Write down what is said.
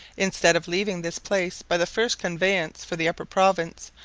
instead of leaving this place by the first conveyance for the upper province,